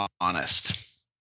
honest